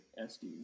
SD